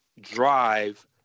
drive